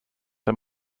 der